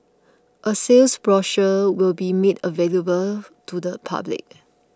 a sales brochure will be made available to the public